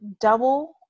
double